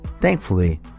Thankfully